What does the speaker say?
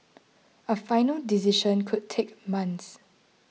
a final decision could take months